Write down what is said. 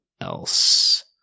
else